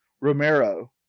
Romero